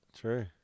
True